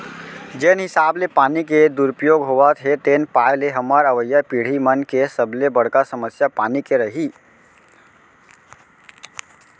जेन हिसाब ले पानी के दुरउपयोग होवत हे तेन पाय ले हमर अवईया पीड़ही मन के सबले बड़का समस्या पानी के रइही